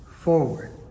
forward